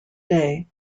day